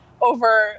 over